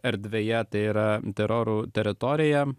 erdvėje tai yra teroro teritoriją